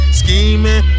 scheming